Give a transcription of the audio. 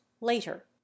later